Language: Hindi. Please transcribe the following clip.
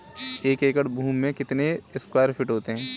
एक एकड़ भूमि में कितने स्क्वायर फिट होते हैं?